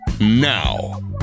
now